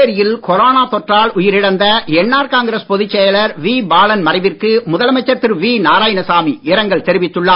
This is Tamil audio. புதுச்சேரியில் கொரோனா தொற்றால் உயிரிழந்த என்ஆர் காங்கிரஸ் பொதுசெயலர் வி பாலன் மறைவிற்கு முதலமைச்சர் திரு வி நாராயணசாமி இரங்கல் தெரிவித்துள்ளார்